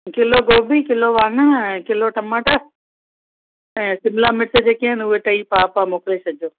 kilo गोभी kilo वाङण ऐं किलो टमाटा ऐं शिमला मिर्च जेकी आहिनि उहे टेई पाव पाव मोकिले छॾिजो